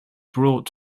brought